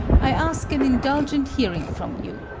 i ask an indulgent hearing from you.